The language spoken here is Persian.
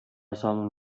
سامون